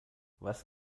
was